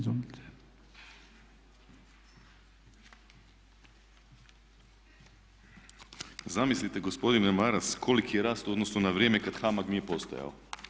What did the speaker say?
Zamislite gospodine Maras koliki je rast u odnosu na vrijeme kad HAMAG nije postojao?